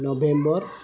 November